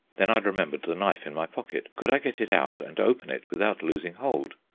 then i remembered the knife in my pocket. could i get it out and open it without losing hold?